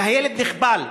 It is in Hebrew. והילד נחבל,